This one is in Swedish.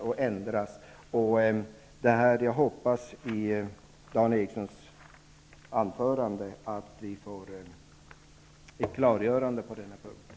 Jag hoppas att vi i Dan Ericssons anförande får ett klargörande på den här punkten.